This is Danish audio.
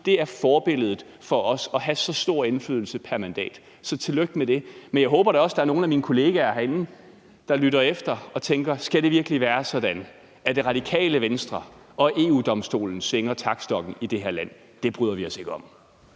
det er forbilledet for os at have så stor indflydelse pr. mandat. Så tillykke med det. Men jeg håber da også, at der er nogle af min kollegaer herinde, der lytter efter og tænker, om det virkelig skal være sådan, at Radikale Venstre og EU-Domstolen svinger taktstokken i det her land. Det bryder vi os ikke om.